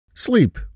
Sleep